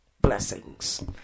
blessings